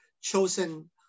chosen